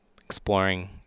exploring